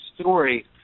story